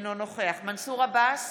אינו נוכח מנסור עבאס,